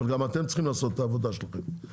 אבל גם אתם צריכים לעשות את העבודה שלכם.